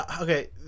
Okay